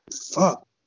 Fuck